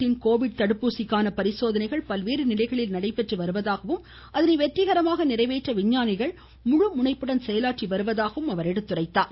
நாட்டின் கோவிட் தடுப்பூசிக்கான பரிசோதனைகள் பல்வேறு நிலைகளில் நடைபெற்று வருவதாகவும் அதனை வெற்றிகரமாக நிறைவேற்ற விஞ்ஞானிகள் முழு முனைப்புடன் செயலாற்றி வருவதாகவும் கூறினார்